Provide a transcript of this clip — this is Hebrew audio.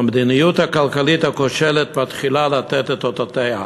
המדיניות הכלכלית הכושלת מתחילה לתת את אותותיה.